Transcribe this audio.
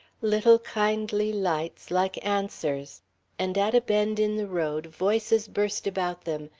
little kindly lights, like answers and at a bend in the road voices burst about them,